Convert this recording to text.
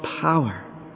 power